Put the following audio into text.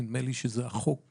נדמה לי שזה החוק